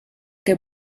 que